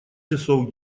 часов